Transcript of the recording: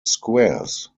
squares